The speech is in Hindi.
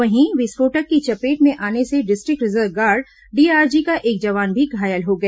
वहीं विस्फोटक की चपेट में आने से डिस्ट्रिक्ट रिजर्व गार्ड डीआरजी का एक जवान भी घायल हो गया